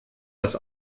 das